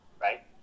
right